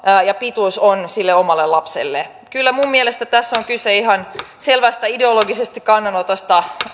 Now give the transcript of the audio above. ja pituus on omalle lapselle kyllä minun mielestäni tässä on kyse ihan selvästä ideologisesta kannanotosta